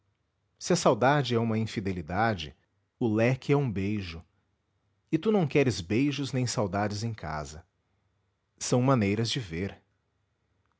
a saudade é uma infidelidade o leque é um beijo e tu não queres beijos nem saudades em casa são maneiras de ver